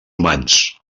humans